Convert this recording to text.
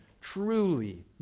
truly